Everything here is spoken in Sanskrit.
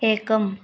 एकम्